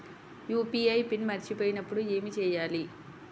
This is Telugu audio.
యూ.పీ.ఐ పిన్ మరచిపోయినప్పుడు ఏమి చేయాలి?